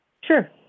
Sure